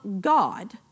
God